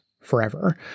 forever